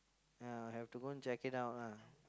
ya have to go and check it out lah